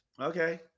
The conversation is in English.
Okay